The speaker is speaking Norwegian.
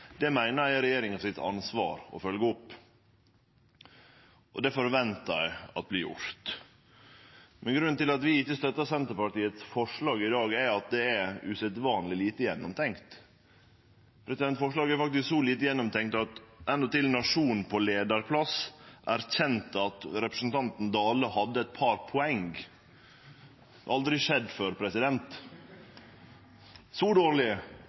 det vert gjeve fellingsløyve. Det meiner eg er regjeringa sitt ansvar å følgje opp, og det ventar eg vert gjort. Men grunnen til at vi ikkje støttar Senterpartiets forslag i dag, er at det er usedvanleg lite gjennomtenkt. Dette forslaget er faktisk så lite gjennomtenkt at endåtil Nationen på leiarplass erkjente at representanten Dale hadde eit par poeng. Det har aldri skjedd før. Så dårleg